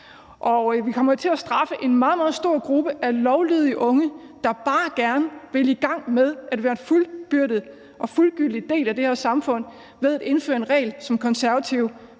Vi kommer til at straffe en meget, meget stor gruppe af lovlydige unge, der bare gerne vil i gang med at være en fuldbyrdet og fuldgyldig del af det her samfund, ved at indføre en regel, som Konservative